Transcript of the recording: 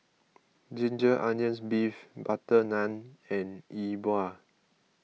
Ginger Onions Beef Butter Naan and Yi Bua